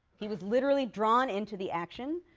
he was literally drawn into the action,